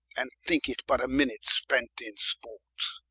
and thinke it but a minute spent in sport